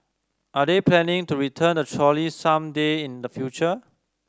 are they planning to return the trolley some day in the future